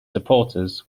supporters